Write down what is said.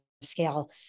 scale